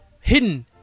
Hidden